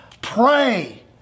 Pray